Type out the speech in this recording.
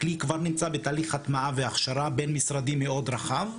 הכלי כבר נמצא בתהליך הטמעה והכשרה בין-משרדי מאוד רחב,